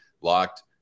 locked